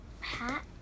hat